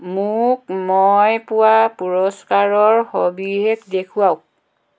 মোক মই পোৱা পুৰস্কাৰৰ সবিশেষ দেখুৱাওক